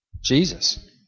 Jesus